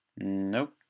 Nope